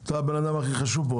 אתה הבן אדם הכי חשוב פה,